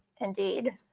Indeed